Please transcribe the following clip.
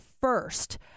first